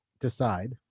decide